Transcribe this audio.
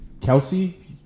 Kelsey